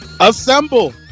Assemble